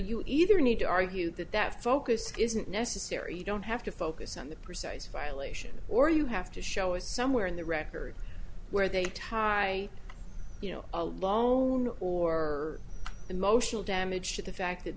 you either need to argue that that focus isn't necessary you don't have to focus on the precise violation or you have to show is somewhere in the record where they tie you know a loan or emotional damage to the fact that